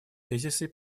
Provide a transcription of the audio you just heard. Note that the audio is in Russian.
тезисы